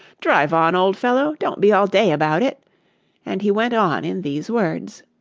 drive on, old fellow! don't be all day about it and he went on in these words